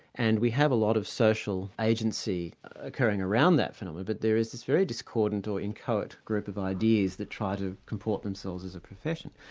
and we have a lot of social agency occurring around that phenomenon, but there is this very discordant or inchoate group of ideas that try to comport themselves as a profession.